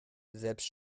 selbst